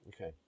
Okay